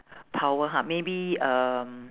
power ha maybe um